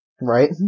Right